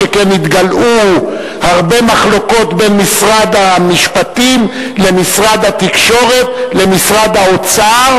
שכן נתגלעו הרבה מחלוקות בין משרד המשפטים למשרד התקשורת למשרד האוצר,